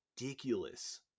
ridiculous